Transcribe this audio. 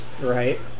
Right